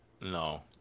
No